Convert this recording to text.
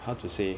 how to say